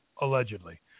allegedly